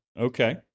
Okay